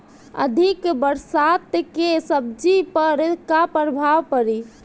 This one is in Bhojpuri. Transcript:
अधिक बरसात के सब्जी पर का प्रभाव पड़ी?